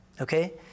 okay